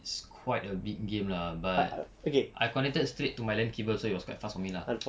it's quite a big game lah but I connected straight to my LAN cable so it was quite fast for me lah